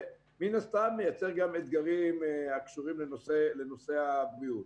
שמן הסתם מייצר גם אתגרים הקשורים לנושא הבריאות.